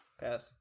pass